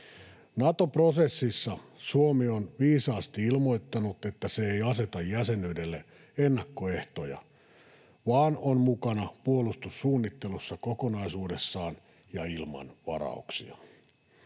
Nato-prosessissa Suomi on viisaasti ilmoittanut, että se ei aseta jäsenyydelle ennakkoehtoja vaan on mukana puolustussuunnittelussa kokonaisuudessaan ja ilman varauksia.